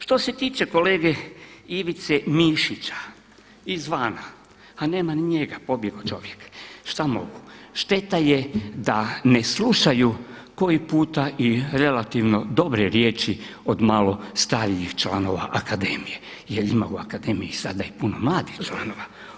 Što se tiče kolegice Ivice Mišića izvana, a nema ni njega, pobjegao čovjek, šta mogu, šteta je da ne slušaju koji puta i relativno dobre riječi od malo starijih članova akademije jer ima u akademiji sada i puno mladih članova.